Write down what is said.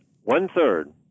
one-third